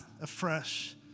afresh